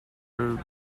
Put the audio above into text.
are